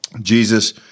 Jesus